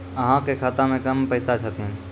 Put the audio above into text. अहाँ के खाता मे कम पैसा छथिन?